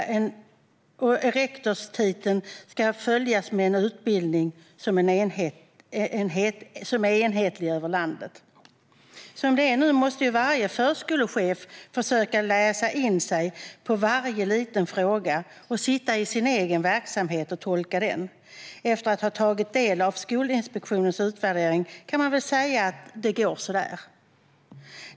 Rektorstiteln ska följa på en utbildning som är enhetlig över landet. Som det är nu måste varje förskolechef försöka läsa in sig på varje liten fråga och sitta i sin egen verksamhet och tolka den. Efter att ha tagit del av Skolinspektionens utvärdering kan man väl säga att det går så där.